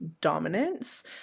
dominance